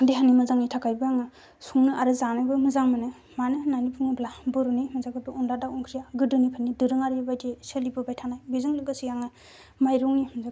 देहानि मोजांन थाखायबो आङो संनो आरो जानोबो मोजां मोनो मानो होन्नानै बुङोब्ल बर' नि हान्जाफोरखौ अनला दाउ आंख्रिआव गोदोनो दोरोङारिबायदि सोलिबोबाय थानाय बेजों लोगोस् आंगो माइरं